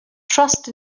trust